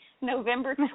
November